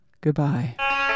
goodbye